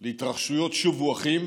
של ההתרחשויות שובו אחים,